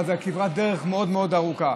אבל זאת הייתה כברת דרך מאוד מאוד ארוכה.